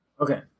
Okay